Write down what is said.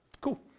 Cool